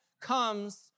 comes